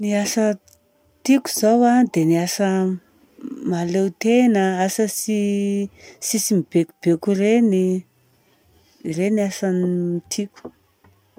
Ny asa tiko zao dia ny asa mahaleo tena, asa tsi- tsisy mibaikobaiko ireny. Ireny ny asa tiako.